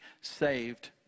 saved